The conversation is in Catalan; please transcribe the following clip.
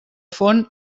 font